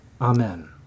Amen